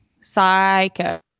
Psycho